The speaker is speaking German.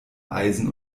eisen